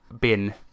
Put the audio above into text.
bin